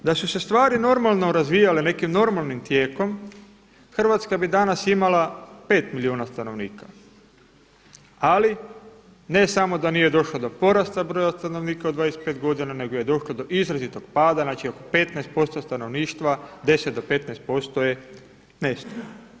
Da su se stvari normalno razvijale nekim normalnim tijekom, Hrvatska bi danas imala 5 milijuna stanovnika, ali ne samo da nije došlo do porasta broja stanovnika u 25 godina nego je došlo do izrazitog pada, znači oko 15% stanovništva 10 do 15% nestalo.